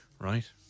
right